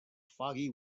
foggy